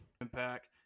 Impact